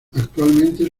actualmente